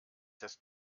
das